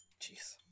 jeez